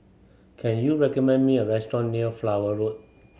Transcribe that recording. can you recommend me a restaurant near Flower Road